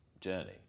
journey